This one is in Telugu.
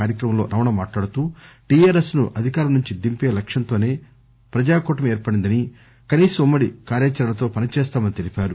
కార్యక్రమం లో రమణ మాట్లాడుతూ టిఆర్ఎస్ ను అధికారం నుంచి దింపే లక్సంతోసే ప్రజా కూటమి ఏర్పడిందని కనీస ఉమ్మడి కార్యాచరణతో పని చేస్తామని తెలిపారు